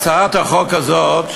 הצעת החוק הזאת,